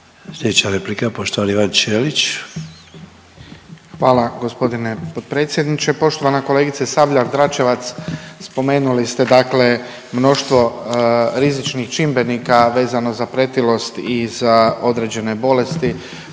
Slijedeća replika poštovani Ivan Ćelić. **Ćelić, Ivan (HDZ)** Hvala gospodine potpredsjedniče. Poštovana kolegice Sabljar Dračevac, spomenuli ste dakle mnoštvo rizičnih čimbenika vezano za pretilost i za određene bolesti